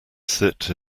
sit